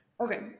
Okay